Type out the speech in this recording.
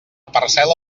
parcel·la